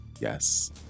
yes